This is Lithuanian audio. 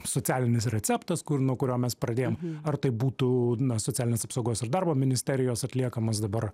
socialinis receptas kur nuo kurio mes pradėjom ar tai būtų nuo socialinės apsaugos ir darbo ministerijos atliekamas dabar